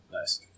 Nice